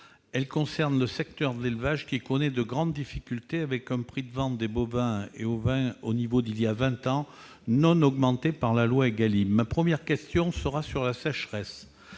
et concerne le secteur de l'élevage, qui connaît de grandes difficultés, avec un prix de vente des bovins et ovins au niveau d'il y a vingt ans, non augmenté par la loi Égalim. Ma première question portera sur la sécheresse.